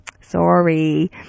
Sorry